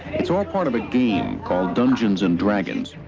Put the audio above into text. it's all part of a game called dungeons and dragons.